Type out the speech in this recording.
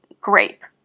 grape